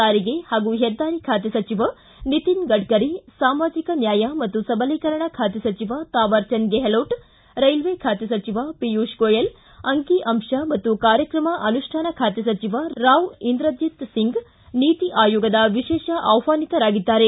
ಸಾರಿಗೆ ಹಾಗೂ ಹೆದ್ಗಾರಿ ಖಾತೆ ಸಚಿವ ನಿತಿನ್ ಗಡ್ಡರಿ ಸಾಮಾಜಿಕ ನ್ನಾಯ ಮತ್ತು ಸಬಲೀಕರಣ ಖಾತೆ ಸಚಿವ ತಾವರ್ಚಂದ್ ಗೆಹ್ಲೋಟ್ ರೈಲ್ವೆ ಖಾತೆ ಸಚಿವ ಪಿಯೂಷ್ ಗೋಯಲ್ ಅಂಕಿ ಅಂಶ ಮತ್ತು ಕಾರ್ಯಕ್ರಮ ಅನುಷ್ಠಾನ ಖಾತೆ ಸಚಿವ ರಾವ್ ಇಂದ್ರಜಿತ್ ಸಿಂಗ್ ನೀತಿ ಆಯೋಗದ ವಿಶೇಷ ಆಹ್ವಾನಿತರಾಗಿದ್ದಾರೆ